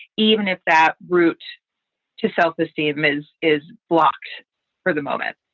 even if that route to self-esteem is is blocked for the moment?